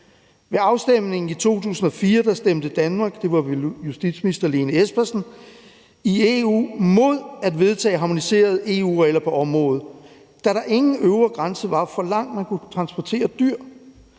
var justitsminister – i EU mod at vedtage harmoniserede EU-regler på området, da der ingen øvre grænse var for, hvor langt man kunne transportere dyr.